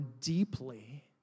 deeply